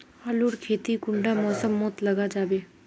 आलूर खेती कुंडा मौसम मोत लगा जाबे?